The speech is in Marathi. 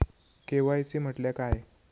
के.वाय.सी म्हटल्या काय?